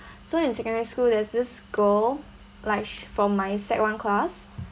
so in secondary school there's this girl like sh~ from my sec one class